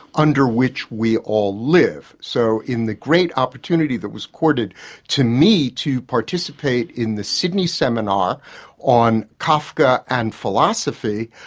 under which we all live. so in the great opportunity that was accorded to me to participate in the sydney seminar on kafka and philosophy,